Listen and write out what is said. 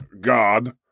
God